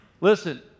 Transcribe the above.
Listen